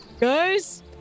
Guys